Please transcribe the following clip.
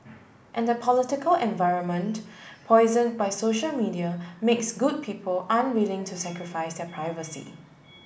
and the political environment poison by social media makes good people unwilling to sacrifice their privacy